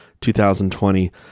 2020